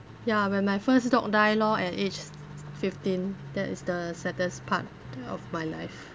ya when my first dog die lor at age fifteen that is the saddest part of my life